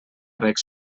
reg